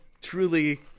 Truly